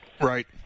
Right